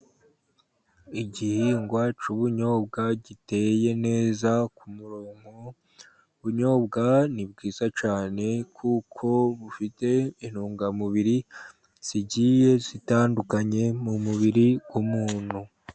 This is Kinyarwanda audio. Igihingwa cy'ubunyobwa giteye neza ku murongo, ubunyobwa ni bwiza cyane kuko bufite intungamubiri zigiye zitandukanye mu mubiri w'umuntu.